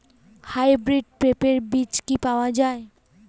Hybrid পেঁপের বীজ কি পাওয়া যায়?